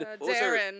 Darren